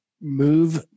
move